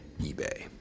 eBay